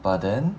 but then